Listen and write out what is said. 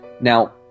Now